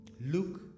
Luke